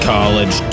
College